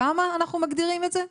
שם אנחנו מגדירים את זה?